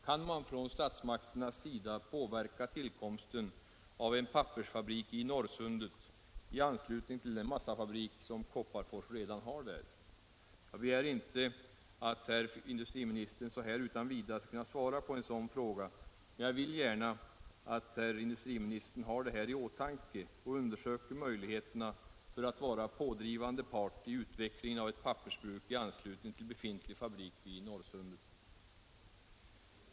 Kan man från statligt håll påverka tillkomsten av en pappersfabrik i Norrsundet i anslutning till den massafabrik som Kopparfors redan har där? Jag begär inte att herr industriministern så här utan vidare skall kunna svara på en sådan fråga, men jag skulle önska att industriministern har den i åtanke och undersöker möjligheterna att vara pådrivande part i utvecklingen av ett pappersbruk i anslutning till befintlig fabrik vid Norrsundet.